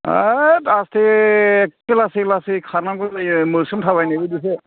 होइथ आस्थे एक्के लासै लासै खारनांगौ जायो मोस्रोम थाबायनाय बायदिसो